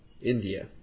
India